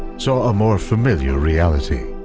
saw a more familiar reality.